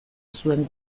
zuen